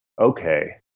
okay